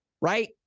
right